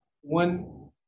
one